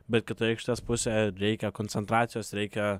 bet kitoje aikštės pusėje reikia koncentracijos reikia